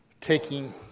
taking